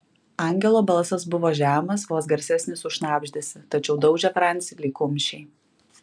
angelo balsas buvo žemas vos garsesnis už šnabždesį tačiau daužė francį lyg kumščiai